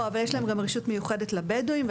אבל יש להם גם רשות מיוחדת לבדואים,